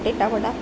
બટેટાવડા